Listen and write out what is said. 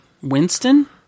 Winston